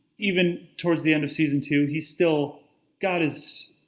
even towards the end of season two, he's still got his,